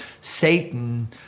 Satan